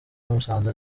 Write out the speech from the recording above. namusanze